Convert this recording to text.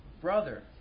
brother